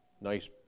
Nice